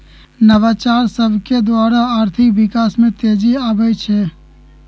नवाचार सभकेद्वारा आर्थिक विकास में तेजी आबइ छै